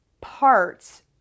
parts